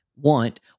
want